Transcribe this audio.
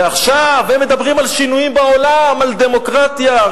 ועכשיו הם מדברים על שינויים בעולם, על דמוקרטיה.